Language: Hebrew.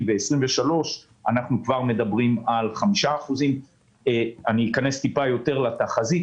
וב-2023 אנחנו כבר מדברים על 5%. אכנס טיפה יותר לתחזית.